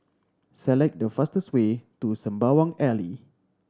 select the fastest way to Sembawang Alley